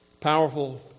powerful